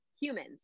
humans